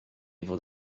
fod